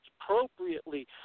appropriately